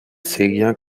seguía